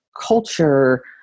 culture